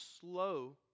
slow